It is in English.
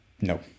No